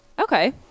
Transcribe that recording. okay